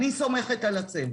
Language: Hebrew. אני סומכת על הצוות.